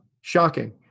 Shocking